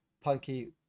punky